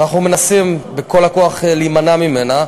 שאנחנו מנסים בכל הכוח להימנע ממנה,